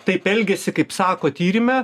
taip elgiasi kaip sako tyrime